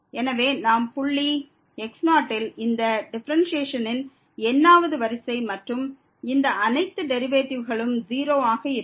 எனவே நாம் புள்ளி x0 ல் இந்த டிஃபரன்ஸ்யேஷனின் n வது வரிசை மற்றும் இந்த அனைத்து டெரிவேட்டிவ்களும் 0 ஆக இருக்கும்